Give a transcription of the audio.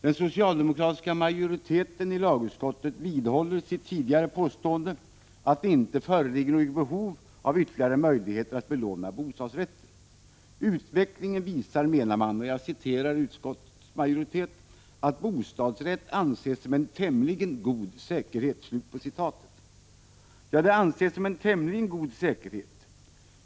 Den socialdemokratiska majoriteten i lagutskottet vidhåller sitt tidigare påstående att det inte föreligger något behov av ytterligare möjligheter till belåning av bostadsrätt. Utvecklingen visar, menar man, att ”bostadsrätt anses som en tämligen god säkerhet”. Ja, det anses som en tämligen god säkerhet.